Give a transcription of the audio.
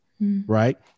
Right